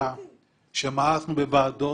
מאסנו בוועדות.